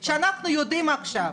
אדוני, כשאנחנו יודעים עכשיו,